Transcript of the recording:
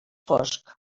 fosc